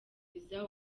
visa